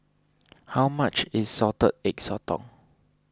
how much is Salted Egg Sotong